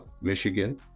Michigan